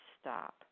stop